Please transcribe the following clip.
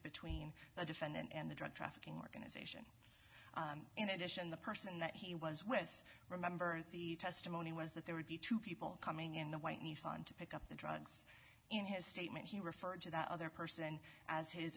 between the defendant and the drug trafficking organization in addition the person that he was with remember the testimony was that there would be two people coming in the white nissan to pick up the drugs in his statement he referred to that other person as his